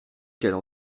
qu’elle